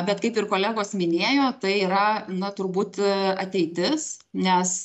bet kaip ir kolegos minėjo tai yra na turbūt ateitis nes